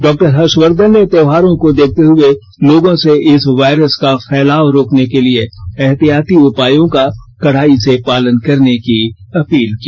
doctor Harshvardhan ने त्यौहारों को देखते हुए लोगों से इस वायरस का फैलाव रोकने के लिए एहतियाती उपायों का कड़ाई से पालन करने की अपील की